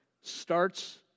starts